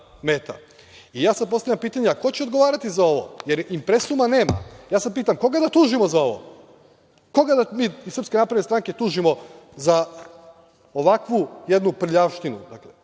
I ja sada postavljam pitanje – a ko će odgovarati za ovo, jer impresuma nema? Ja sada pitam – koga da tužimo za ovo? Koga da mi iz SNS tužimo za ovakvu jednu prljavštinu? Dakle,